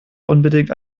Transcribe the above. unbedingt